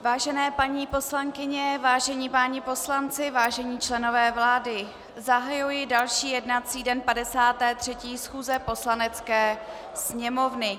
Vážené paní poslankyně, vážení páni poslanci, vážení členové vlády, zahajuji další jednací den 53. schůze Poslanecké sněmovny.